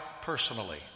personally